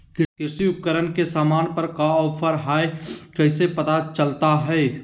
कृषि उपकरण के सामान पर का ऑफर हाय कैसे पता चलता हय?